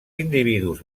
individus